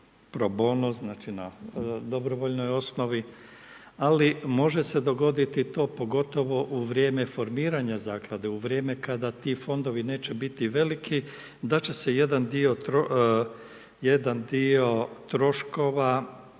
pro bono, znači na dobrovoljnoj osnovi, ali može se dogoditi to pogotovo u vrijeme formiranja Zaklade, u vrijeme kada ti fondovi neće biti veliki, da će se jedan dio troškova